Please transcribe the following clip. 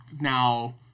Now